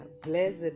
Blessed